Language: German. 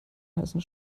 heißen